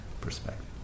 perspective